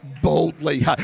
boldly